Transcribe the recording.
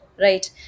right